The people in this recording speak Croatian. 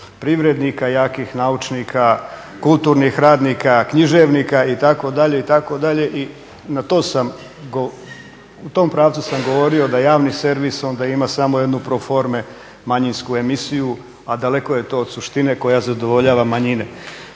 privrednika, jakih naučnika, kulturnih radnika, književnika itd. u tom pravcu sam govorio da javni servis onda ima samo jednu pro forme manjinsku emisiju, a daleko je to od suštine koja zadovoljava manjine.